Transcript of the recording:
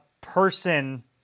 person